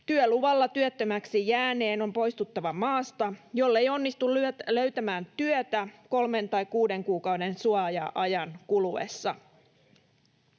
työluvalla työttömäksi jääneen on poistuttava maasta, jollei onnistu löytämään työtä kolmen tai kuuden kuukauden suoja-ajan kuluessa.